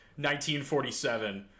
1947